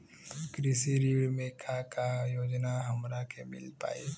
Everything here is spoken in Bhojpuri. कृषि ऋण मे का का योजना हमरा के मिल पाई?